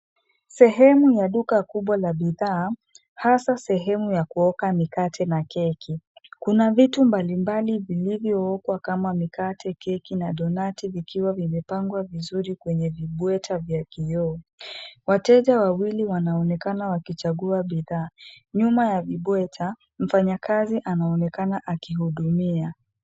Sehemu ya duka kubwa la bidhaa, hasa sehemu ya kuoka mikate na keki. Kuna vitu mbalimbali vilivyookwa kama mikate, keki na donati vikiwa vimepangwa vizuri kwenye vibweta vya kioo. Wateja wawili wanaonekana wakichagua bidhaa. Nyuma ya vibweta, mfanyakazi anaonekana akihudumia.